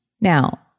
Now